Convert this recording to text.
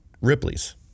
Ripley's